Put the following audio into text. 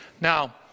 Now